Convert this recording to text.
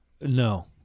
no